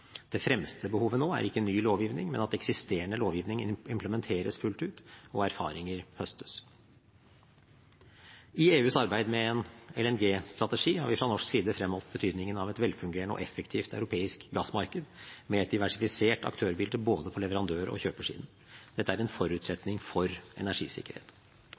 Det fremste behovet nå er ikke ny lovgivning, men at eksisterende lovgivning implementeres fullt ut og erfaringer høstes. I EUs arbeid med en LNG-strategi har vi fra norsk side fremholdt betydningen av et velfungerende og effektivt europeisk gassmarked med et diversifisert aktørbilde både på leverandør- og kjøpersiden. Dette er en forutsetning for energisikkerhet.